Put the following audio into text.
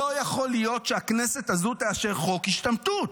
לא יכול להיות שהכנסת הזו תאשר חוק השתמטות.